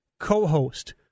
co-host